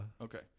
Okay